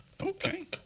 Okay